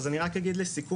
אז אני רק אגיד לסיכום.